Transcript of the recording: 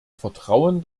vertrauen